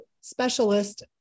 specialist